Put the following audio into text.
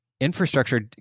infrastructure